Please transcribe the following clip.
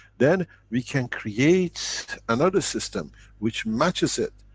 then we can create another system which matches it,